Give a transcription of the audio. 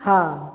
हाँ